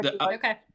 okay